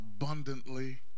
abundantly